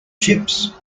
chips